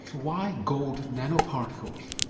why gold nano particles?